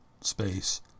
space